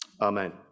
amen